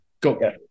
go